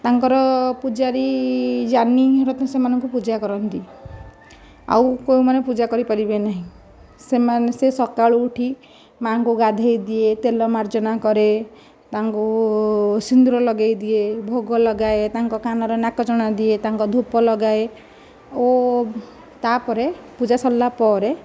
ତାଙ୍କର ପୂଜାରୀ ଜାମିନ ସେମାନଙ୍କୁ ପୂଜା କରନ୍ତି ଆଉ କେଉଁମାନେ ପୂଜା କରିପାରିବେ ନାହିଁ ସେମାନେ ସେ ସକାଳୁ ଉଠି ମାଙ୍କୁ ଗାଧୋଇ ଦିଏ ତେଲ ମାର୍ଜନା କରେ ତାଙ୍କୁ ସିନ୍ଦୁର ଲଗେଇଦିଏ ଭୋଗ ଲଗାଏ ତାଙ୍କ କାନରେ ନାକଚଣା ଦିଏ ତାଙ୍କୁ ଧୂପ ଲଗାଏ ଓ ତାପରେ ପୂଜା ସରିଲାପରେ